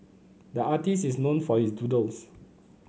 the artist is known for his doodles